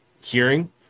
hearing